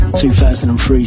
2003